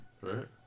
right